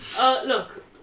Look